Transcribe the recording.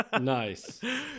nice